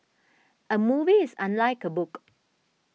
a movie is unlike a book